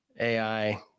AI